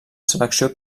selecció